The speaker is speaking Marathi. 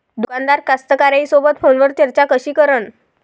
दुकानदार कास्तकाराइसोबत फोनवर चर्चा कशी करन?